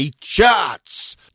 charts